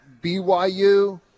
BYU